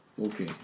Okay